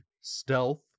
stealth